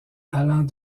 allant